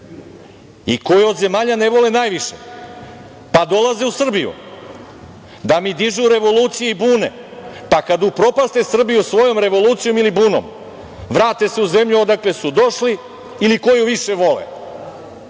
i koji od zemalja ne vole najviše, pa dolaze u Srbiju da mi dižu revoluciju i bune, pa kada upropaste Srbiju svojom revolucijom ili bunom, vrate se u zemlju odakle su došli ili koju više vole.